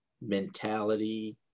mentality